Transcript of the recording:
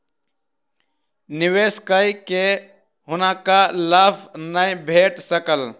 निवेश कय के हुनका लाभ नै भेट सकल